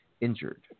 injured